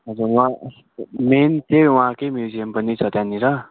हजुर उहाँ मेन चाहिँ उहाँकै म्युजियम पनि छ त्यहाँनिर